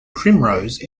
primrose